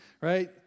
right